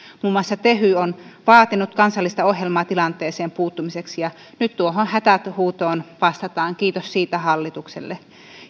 muun muassa tehy on vaatinut kansallista ohjelmaa tilanteeseen puuttumiseksi ja nyt tuohon hätähuutoon vastataan kiitos siitä hallitukselle